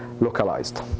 localized